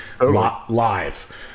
live